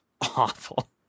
awful